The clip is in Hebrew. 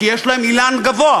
כי יש להם אילן גבוה,